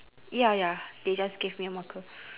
ya ya they just gave me a marker